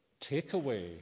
takeaway